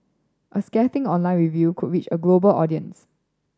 a scathing online review could reach a global audience